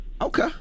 Okay